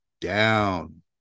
down